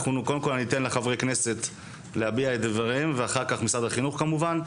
קודם אני אתן לחברי הכנסת להביע את דבריהם ואחר כך משרד החינוך כמובן.